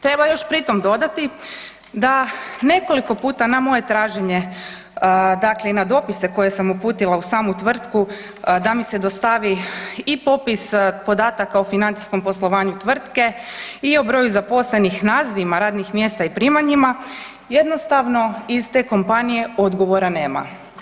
Treba još pritom dodati da nekoliko puta na moje traženje, dakle i na dopise koje sam uputila u samu tvrtku da mi se dostavi i popis podataka o financijskom poslovanju tvrtke i o broju zaposlenih, nazivima radnim mjesta i primanjima, jednostavno iz te kompanije odgovora nema.